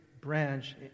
branch